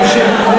נא לשבת.